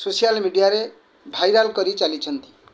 social ମିଡ଼ିଆରେ viral କରି ଚାଲିଛନ୍ତି